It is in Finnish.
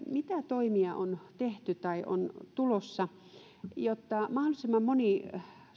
mitä toimia on tehty tai on tulossa jotta mahdollisimman moni